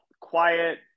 quiet